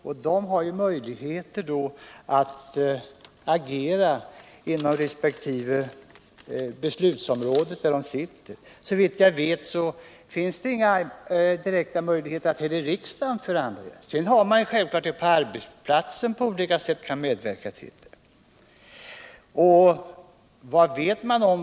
Och de har möjligheter att agera inom respektive beslutsområde. Såvitt jag vet finns det inga direkta sådana möjligheter här i riksdagen. Men självklart kan det ske en medverkan på arbetsplatserna.